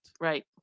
right